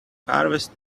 harvest